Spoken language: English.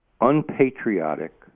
unpatriotic